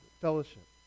fellowship